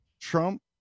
Trump